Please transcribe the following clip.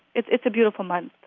it's it's a beautiful month